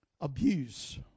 Abuse